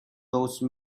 those